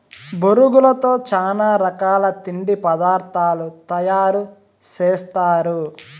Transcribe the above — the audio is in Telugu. బొరుగులతో చానా రకాల తిండి పదార్థాలు తయారు సేస్తారు